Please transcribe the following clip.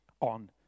on